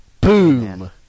Boom